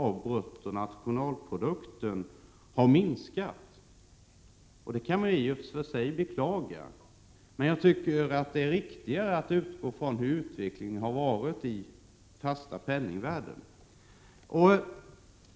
av bruttonationalprodukten har minskat. Ja, det kan man i och för sig beklaga. Men jag tycker det är riktigare att utgå ifrån hur utvecklingen har varit i fast penningvärde.